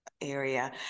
area